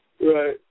Right